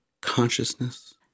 consciousness